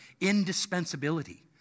indispensability